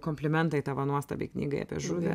komplimentai tavo nuostabiai knygai apie žuvį